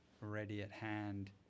ready-at-hand